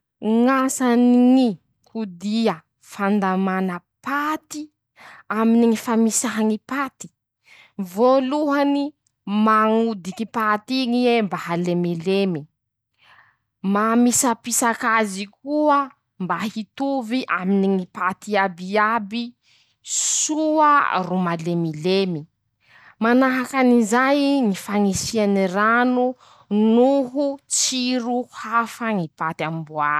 Ñ'asany ñy kodia fandàmana paty aminy ñy famisaha ñy paty: -Voalohany. mañodiky paty iñy ie mba halemilemy. mamisapisaky azy koa mba hitovy aminy ñy paty iabiaby soa ro malemilemy. manahaky anizay ñy fañisiany rano noho tsiro hafa ñy paty amboary.